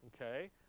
okay